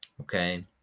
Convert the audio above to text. okay